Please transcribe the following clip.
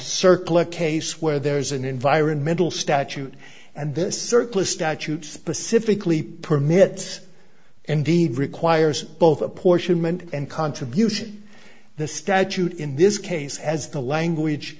circle a case where there is an environmental statute and this circus statute specifically permits and deed requires both apportionment and contribution the statute in this case has the language